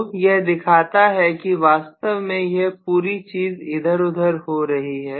तो यह दिखाता है कि वास्तव में यह पूरी चीज इधर उधर हो रही है